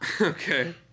Okay